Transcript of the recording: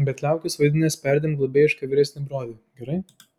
bet liaukis vaidinęs perdėm globėjišką vyresnį brolį gerai